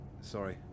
Sorry